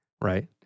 right